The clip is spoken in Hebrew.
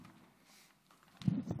תגנו